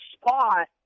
spot